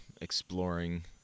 exploring